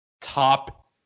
top